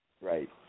Right